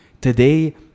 Today